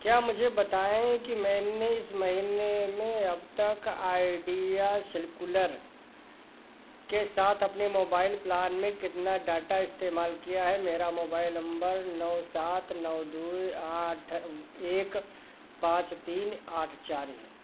क्या मुझे बताएँ कि मैंने इस महीने में अब तक आइडिया सेल्युलर के साथ अपने मोबाइल प्लान में कितना डाटा इस्तेमाल किया है मेरा मोबाइल नम्बर नौ सात नौ दो आठ एक पाँच तीन आठ चार है